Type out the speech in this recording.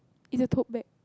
in the tote bag